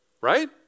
Right